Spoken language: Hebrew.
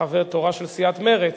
תורה של סיעת מרצ.